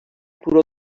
turó